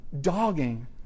Dogging